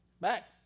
Back